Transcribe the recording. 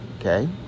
okay